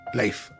life